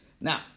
Now